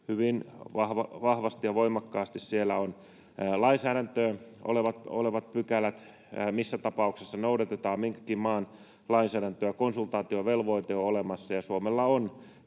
hyvin vahvasti ja voimakkaasti. Siellä on lainsäädäntöön olevat pykälät, missä tapauksessa noudatetaan minkäkin maan lainsäädäntöä, konsultaatiovelvoite on olemassa, ja Suomella on